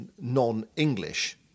non-English